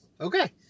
Okay